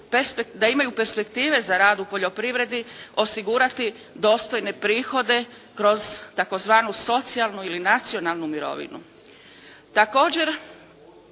da imaju perspektive za rad u poljoprivredi osigurati dostojne prihode kroz tzv. socijalnu ili nacionalnu mirovinu.